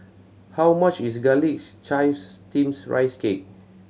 how much is Garlic Chives Steamed Rice Cake